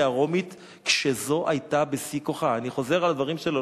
הרומית כשזו היתה בשיא כוחה." אני חוזר על הדברים שלו.